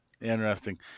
Interesting